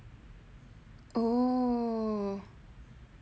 oh